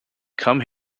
come